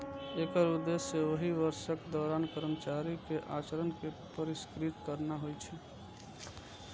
एकर उद्देश्य ओहि वर्षक दौरान कर्मचारी के आचरण कें पुरस्कृत करना होइ छै